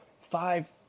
five